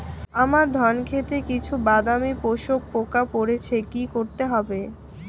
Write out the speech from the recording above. আমার ধন খেতে কিছু বাদামী শোষক পোকা পড়েছে কি করতে হবে?